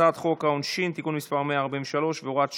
הצעת חוק העונשין (תיקון מס' 143 והוראת שעה),